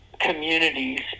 communities